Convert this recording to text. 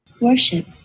Worship